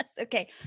okay